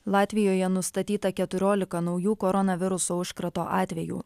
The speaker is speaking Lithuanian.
latvijoje nustatyta keturiolika naujų koronaviruso užkrato atvejų